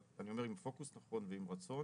אבל אני אומר שעם פוקוס נכון ועם רצון